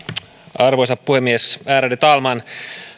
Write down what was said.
arvoisa puhemies ärade talman